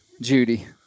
Judy